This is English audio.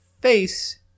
face